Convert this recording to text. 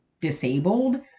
disabled